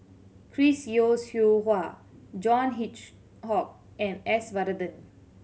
Chris Yeo Siew Hua John Hitchhock and S Varathan